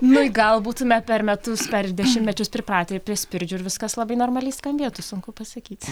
nu gal būtume per metus per dešimtmečius pripratę ir prie spirdžių ir viskas labai normaliai skambėtų sunku pasakyt